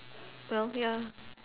well ya